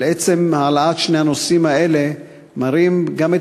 אבל עצם העלאת שני הנושאים האלה מראה גם את